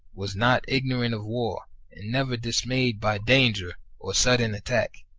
was not ignorant of war, and never dismayed by danger or sudden attack.